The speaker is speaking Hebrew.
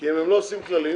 כי אם הם לא עושים כללים